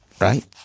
Right